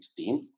2016